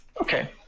Okay